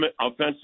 offensive